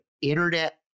internet